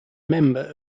member